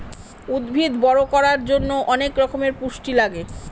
উদ্ভিদ বড়ো করার জন্য অনেক রকমের পুষ্টি লাগে